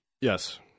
Yes